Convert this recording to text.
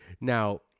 Now